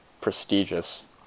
prestigious